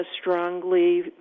strongly